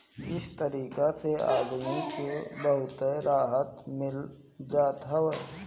इ तरीका से आदमी के बहुते राहत मिल जात हवे